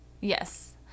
Yes